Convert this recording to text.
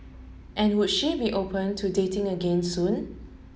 and would she be open to dating again soon